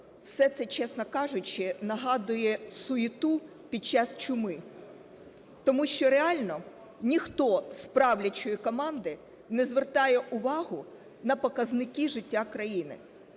Все це, чесно кажучи, нагадує суєту під час чуми. Тому що реально ніхто з правлячої команди не звертає увагу на показники життя країни.